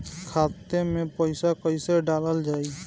खाते मे पैसा कैसे डालल जाई?